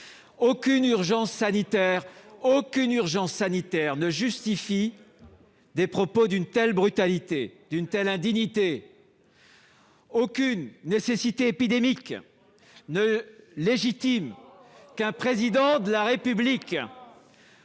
Aucune urgence sanitaire ne justifie des propos d'une telle brutalité, d'une telle indignité. Et Sarkozy alors ? Aucune nécessité épidémique ne légitime qu'un président de la République